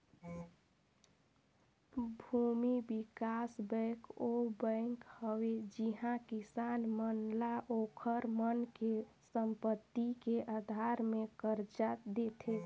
भूमि बिकास बेंक ओ बेंक हवे जिहां किसान मन ल ओखर मन के संपति के आधार मे करजा देथे